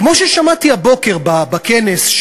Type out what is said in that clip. כמו ששמעתי הבוקר בכנס,